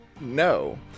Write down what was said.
No